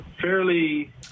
fairly